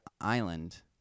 Island